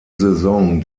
saison